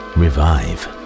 revive